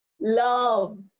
Love